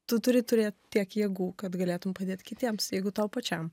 tu turi turėt tiek jėgų kad galėtum padėt kitiems jeigu tau pačiam